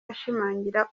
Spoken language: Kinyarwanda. ashimangira